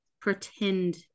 pretend